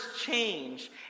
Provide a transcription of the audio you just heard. change